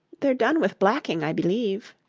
they're done with blacking, i believe